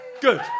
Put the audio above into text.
Good